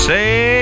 Say